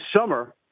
summer